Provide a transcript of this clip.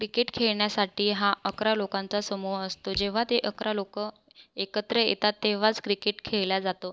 cricket खेळण्यासाठी हा अकरा लोकांचा समूह असतो जेव्हा ते अकरा लोकं एकत्र येतात तेव्हाच क्रिकेट खेळल्या जातो